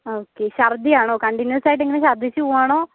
okay ശർദിയാണോ കണ്ടിന്യുവസായിട്ട് ഇങ്ങനെ ശർദ്ദിച്ചു പോവാണോ